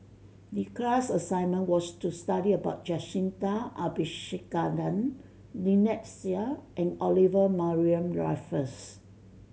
the class assignment was to study about Jacintha Abisheganaden Lynnette Seah and Olivia Mariamne Raffles